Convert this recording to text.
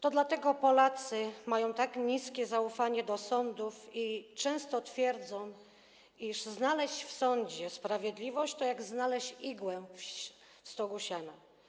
To dlatego Polacy mają tak niskie zaufanie do sądów i często twierdzą, iż znaleźć w sądzie sprawiedliwość to jak znaleźć igłę w stogu siana.